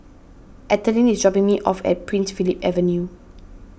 Ethelene is dropping me off at Prince Philip Avenue